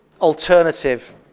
alternative